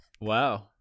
Wow